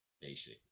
basic